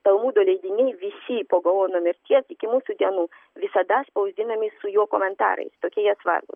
talmudo leidiniai visi po gaono mirties iki mūsų dienų visada spausdinami su jo komentarais tokie jie svarbūs